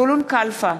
זבולון קלפה,